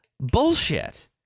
bullshit